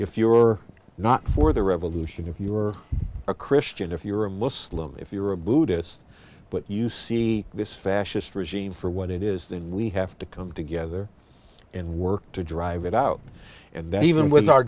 if you're not for the revolution if you are a christian if you're a muslim if you're a buddhist but you see this fascist regime for what it is then we have to come together and work to drive it out and that even with our